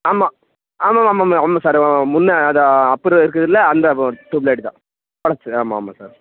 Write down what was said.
ஆமாம் ஆமாம்மா ஆமாம் ஆமாம் சாரு முன்னே அது அப்புறம் இருக்குதில அந்த ட்யூப் லைட்டு தான் உடஞ்ச் ஆமாம்மா சார்